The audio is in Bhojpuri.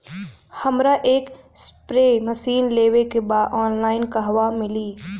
हमरा एक स्प्रे मशीन लेवे के बा ऑनलाइन कहवा मिली?